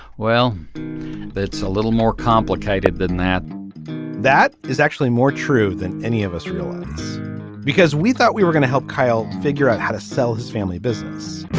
well that's a little more complicated than that that is actually more true than any of us realize because we thought we were going to help kyle figure out how to sell his family business.